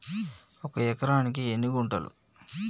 ఒక ఎకరానికి ఎన్ని గుంటలు?